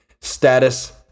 status